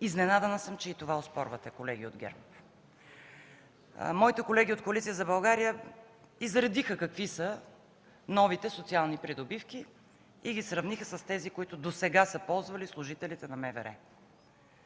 Изненадана съм, че и това оспорвате, колеги от ГЕРБ. Колегите ми от Коалиция за България изредиха какви са новите социални придобивки и ги сравниха с тези, които досега са ползвали служителите на МВР.